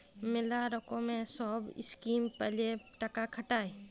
ম্যালা লকমের সহব ইসকিম প্যালে টাকা খাটায়